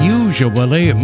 usually